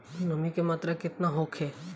नमी के मात्रा केतना होखे?